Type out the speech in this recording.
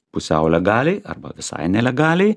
pusiau legaliai arba visai nelegaliai